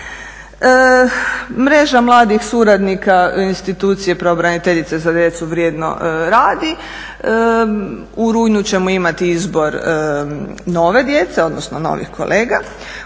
Mreža mladih suradnika institucije pravobraniteljice za djecu vrijedno radi. U rujnu ćemo imati izbor nove djece, odnosno novih kolega.